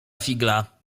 figla